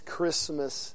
Christmas